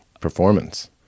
Performance